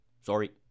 Sorry